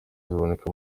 ziboneka